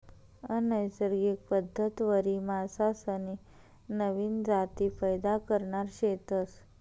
अनैसर्गिक पद्धतवरी मासासनी नवीन जाती पैदा करणार शेतस